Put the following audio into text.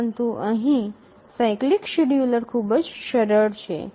પરંતુ અહીં cyclic scheduler ખૂબ જ સરળ છે